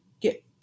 Get